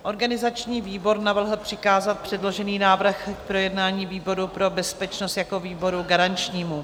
Organizační výbor navrhl přikázat předložený návrh k projednání výboru pro bezpečnost jako výboru garančnímu.